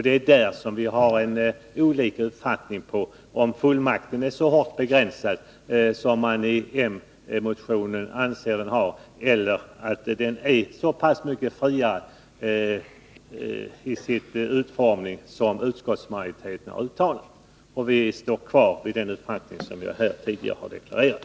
Det är där vi har olika uppfattningar: Är fullmakten så hårt begränsad som man anser i moderatmotionen eller är den så mycket friare i sin utformning som utskottsmajoriteten har uttalat? Vi står kvar vid den uppfattning som jag tidigare har deklarerat.